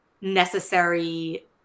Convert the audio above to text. necessary